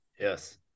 yes